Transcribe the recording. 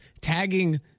tagging